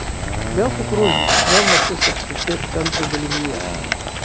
vėl kukurūznikas vėl naktis apskrities centro dalinyje